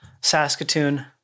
Saskatoon